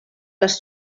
les